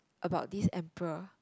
about this emperor